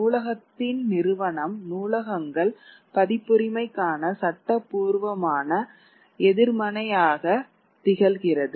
நூலகத்தின் நிறுவனம் நூலகங்கள் பதிப்புரிமைக்கான சட்டபூர்வமான எதிர்மனையாக திகழ்கிறது